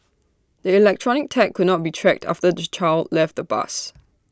the electronic tag could not be tracked after the child left the bus